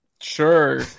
Sure